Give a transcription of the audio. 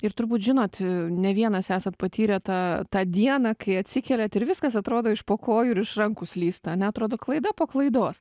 ir turbūt žinot ne vienas esat patyrę tą tą dieną kai atsikeliat ir viskas atrodo iš po kojų ir iš rankų slysta ane atrodo klaida po klaidos